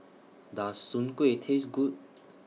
Does Soon Kway Taste Good